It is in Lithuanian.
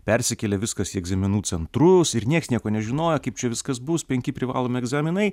persikėlė viskas į egzaminų centrus ir nieks nieko nežinojo kaip čia viskas bus penki privalomi egzaminai